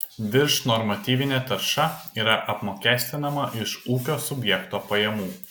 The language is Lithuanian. viršnormatyvinė tarša yra apmokestinama iš ūkio subjekto pajamų